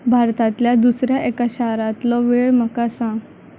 भारतांतल्या दुसऱ्या एका शारांतलो वेळ म्हाका सांग